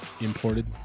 imported